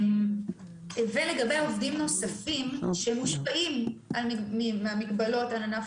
לגבי עובדים נוספים שמושפעים מהמגבלות על ענף